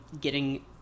getting-